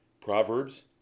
Proverbs